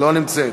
לא נמצאת,